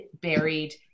buried